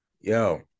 Yo